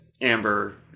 Amber